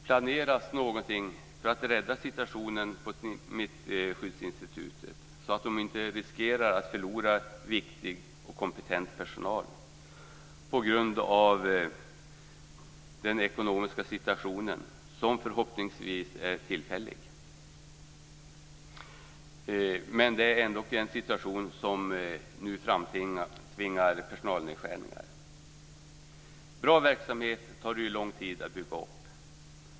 Planeras någonting för att rädda situationen på Smittskyddsinstitutet så att de inte riskerar att förlora viktig och kompetent personal på grund av den ekonomiska situationen, som förhoppningsvis är tillfällig? Det är ändå en situation som nu framtvingar personalnedskärningar. Det tar lång tid att bygga upp bra verksamhet.